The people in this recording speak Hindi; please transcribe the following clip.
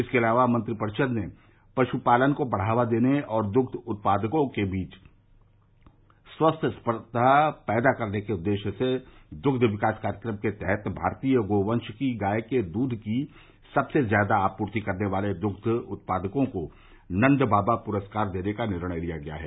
इसर्के अलावा मंत्रिपरिषद ने पश्पालन को बढ़ावा देने और दुध्य उत्पादकों के बीच स्वस्य प्रतिसर्घा पैदा करने के उददेश्य से दुष्प विकास कार्यक्रम के तहत भारतीय गोवश की गाय के दूध की सबसे ज्यादा आपूर्ति करने वाले दुष्प उत्पादकों को नन्दबाबा पुरस्कार देने का निर्णय लिया है